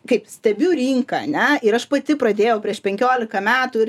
kaip stebiu rinką ane ir aš pati pradėjau prieš penkiolika metų ir